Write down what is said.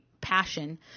passion